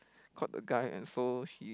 caught the guy and so he